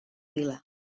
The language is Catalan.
vila